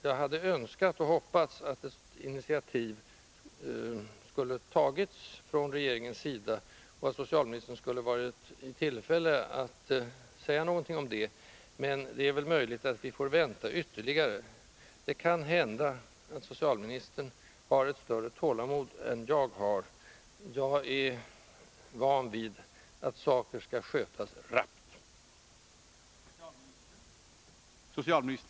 Jag hade önskat och hoppats att initiativ skulle ha tagits från regeringens sida och att socialministern skulle ha varit i tillfälle att säga någonting om det. Men det är tydligt att vi får vänta ytterligare. Det kan hända att socialministern har större tålamod än jag har. Jag är van vid att saker skall skötas rappt.